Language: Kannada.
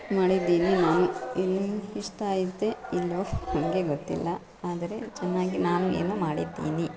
ಮಾಡಿದ್ದೀನಿ ನಾನು ಇನ್ನು ಇಷ್ಟ ಇದೆ ಇಲ್ಲವೋ ನನಗೆ ಗೊತ್ತಿಲ್ಲ ಆದರೆ ಚೆನ್ನಾಗಿ ನಾನು ಏನೋ ಮಾಡಿದ್ದೀನಿ